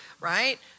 right